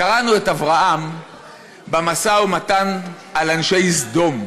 קראנו על אברהם במשא ומתן על אנשי סדום: